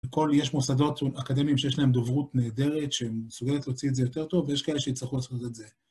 לכל יש מוסדות אקדמיים שיש להן דוברות נהדרת, שמסוגלת להוציא את זה יותר טוב, ויש כאלה שיצטרכו לעשות את זה.